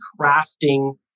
crafting